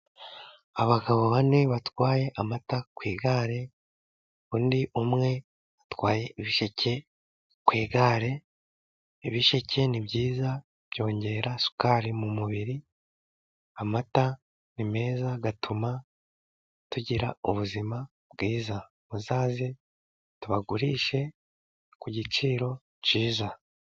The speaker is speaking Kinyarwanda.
Abagabo bane batwaye amata ku igare, undi umwe atwaye ibisheke ku igare, ibisheke ni byiza byongera isukari mu mubiri, amata ni meza atuma tugira ubuzima bwiza, muzaze tubagurishe ku giciro cyiza